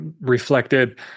reflected